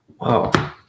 Wow